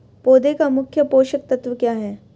पौधे का मुख्य पोषक तत्व क्या हैं?